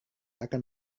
akan